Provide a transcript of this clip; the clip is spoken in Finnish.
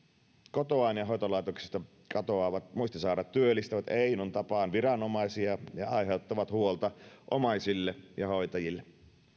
kotoaan ja hoitolaitoksesta katoavat muistisairaat työllistävät einon tapaan viranomaisia ja aiheuttavat huolta omaisille ja hoitajille